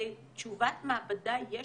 לתשובת מעבדה יש